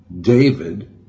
David